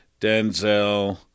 Denzel